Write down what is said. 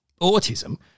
Autism